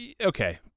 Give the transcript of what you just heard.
Okay